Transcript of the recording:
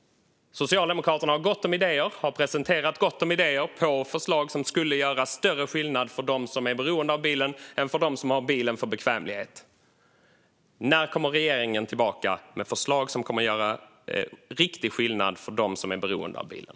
Socialdemokraterna har presenterat gott om idéer till förslag som skulle göra större skillnad för dem som är beroende av bilen än för dem som har bilen för bekvämlighet. När kommer regeringen tillbaka med förslag som kommer att göra riktig skillnad för dem som är beroende av bilen?